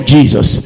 Jesus